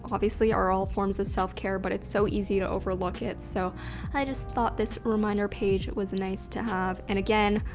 obviously are all forms of self-care but it's so easy to overlook it so i just thought this reminder page was nice to have. and again,